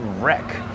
wreck